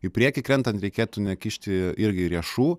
į priekį krentant reikėtų nekišti irgi riešų